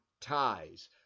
ties